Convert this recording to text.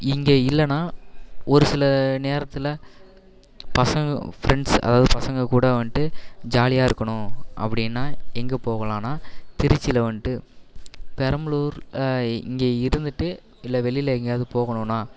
இங்கே இல்லைனா ஒரு சில நேரத்தில் பசங்கள் ஃப்ரெண்ட்ஸ் அதாவது பசங்கள் கூட வந்துட்டு ஜாலியாக இருக்கணும் அப்படின்னா எங்கே போகலாம்னா திருச்சியில் வந்துட்டு பெரம்பலூர் இங்கே இருந்துட்டு இல்லை வெளியில் எங்கேயாவது போகணும்னா